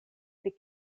pri